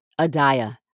Adiah